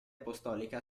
apostolica